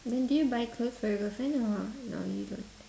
then do you buy clothes for your girlfriend or no you don't